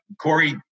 Corey